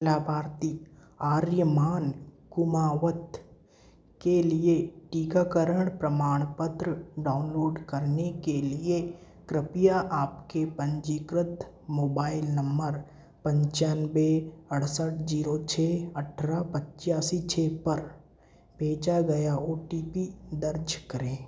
लाभार्थी आर्यमान कुमावत के लिए टीकाकरण प्रमाण पत्र डाउनलोड करने के लिए कृपया आपके पंजीकृत मोबाइल नम्बर पन्चानबे अड़सठ ज़ीरो छः अठारह पचासी छः पर भेजा गया ओ टी पी दर्ज करें